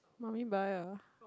mummy buy ah